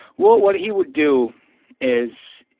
what what he would do is,